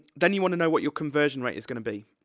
then you want to know what your conversion rate is gonna be.